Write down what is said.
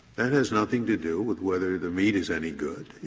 that has nothing to do with whether the meat is any good.